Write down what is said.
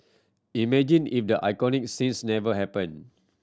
imagine if the iconic scenes never happened